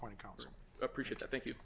point to appreciate i think you